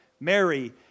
Mary